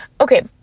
Okay